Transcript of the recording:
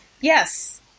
Yes